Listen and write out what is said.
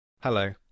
Hello